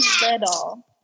little